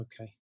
Okay